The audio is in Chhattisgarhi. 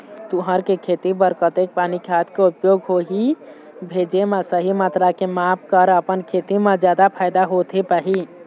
तुंहर के खेती बर कतेक पानी खाद के उपयोग होही भेजे मा सही मात्रा के माप कर अपन खेती मा जादा फायदा होथे पाही?